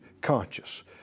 conscious